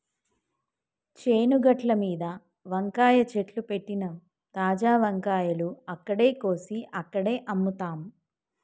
చేను గట్లమీద వంకాయ చెట్లు పెట్టినమ్, తాజా వంకాయలు అక్కడే కోసి అక్కడే అమ్ముతాం